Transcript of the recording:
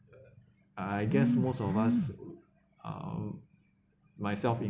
uh I guess most of us uh myself in~